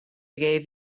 gave